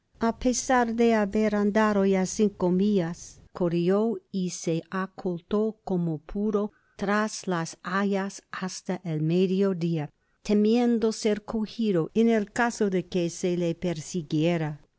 á pesar de haber andado ya cinco millas corrió y se ocultó como pudo iras las hayas hasta el medio dia temiendo ser cojido en el caso de que se le persiguiera